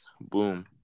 Boom